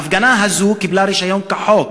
ההפגנה הזאת קיבלה רישיון כחוק,